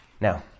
Now